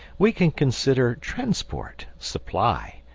we can consider transport, supply,